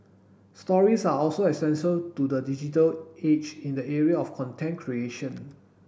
stories are also essential to the digital age in the area of content creation